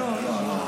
לא, לא, לא.